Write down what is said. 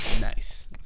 Nice